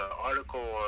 article